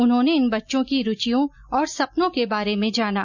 उन्होंने इन बच्चों की रूचियों और सपनों के बारे में जाना